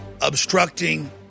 obstructing